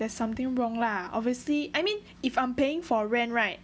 there's something wrong lah obviously I mean if I'm paying for rent right